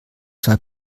zwei